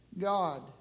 God